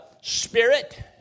spirit